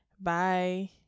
Bye